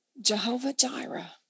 Jehovah-Jireh